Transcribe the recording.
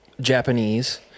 Japanese